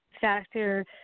factor